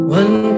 one